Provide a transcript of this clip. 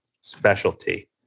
specialty